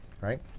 right